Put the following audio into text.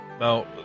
Now